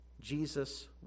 Jesus